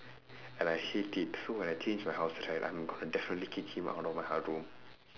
and I hate it so when I change my house right I'm goi~ definitely kick him out of my hou~ room